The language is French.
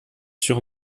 sur